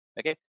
Okay